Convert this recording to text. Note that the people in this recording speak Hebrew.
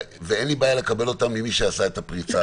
ואין לי בעיה לקבל אותם ממי שעשה את הפריצה עצמה.